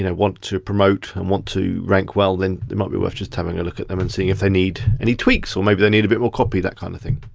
and want to promote and want to rank well, then it might be worth just having a look at them and seeing if they need any tweaks, or maybe they need a bit more copy, that kind of thing.